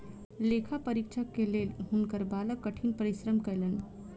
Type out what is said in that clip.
लेखा परीक्षक के लेल हुनकर बालक कठिन परिश्रम कयलैन